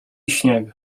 śnieg